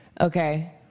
Okay